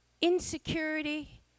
insecurity